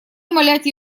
умалять